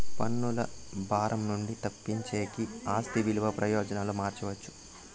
పన్నుల భారం నుండి తప్పించేకి ఆస్తి విలువ ప్రయోజనాలు మార్చవచ్చు